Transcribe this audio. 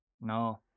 No